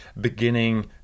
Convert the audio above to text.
beginning